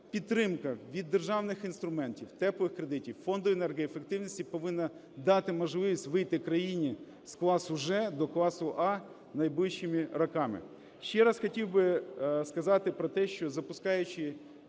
підтримка від державних інструментів "теплих" кредитів, Фонду енергоефективності повинна дати можливість вийти країні з класу G до класу А найближчими роками. Ще раз хотів би сказати про те, що, запускаючи Фонд